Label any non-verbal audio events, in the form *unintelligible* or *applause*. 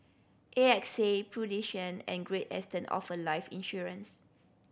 A X A *unintelligible* and Great Eastern offer life insurance